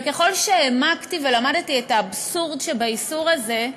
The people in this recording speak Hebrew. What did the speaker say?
וככל שהעמקתי ולמדתי את האבסורד שבאיסור הזה,